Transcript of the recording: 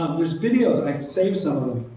um there's videos. i've saved some of them.